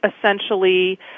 essentially